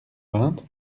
vingt